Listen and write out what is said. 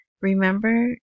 remember